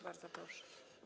Bardzo proszę.